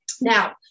now